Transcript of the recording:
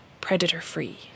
predator-free